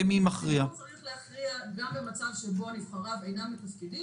הציבור צריך להכריע גם במצב שנבחריו אינם מתפקדים.